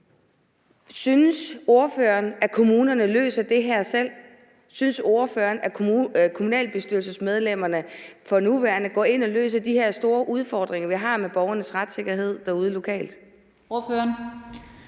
Synes ordføreren, at kommunerne løser det her selv? Synes ordføreren, at kommunalbestyrelsesmedlemmerne for nuværende går ind og løser de her store udfordringer, vi har med borgernes retssikkerhed derude lokalt? Kl.